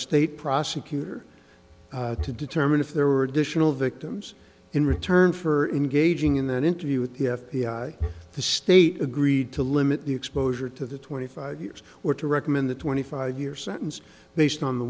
state prosecutor to determine if there were additional victims in return for engaging in an interview with the f b i the state agreed to limit the exposure to the twenty five years were to recommend the twenty five year sentence based on the